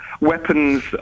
weapons